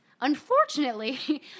unfortunately